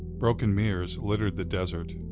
broken mirrors littered the desert.